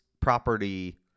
property